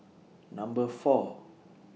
Number four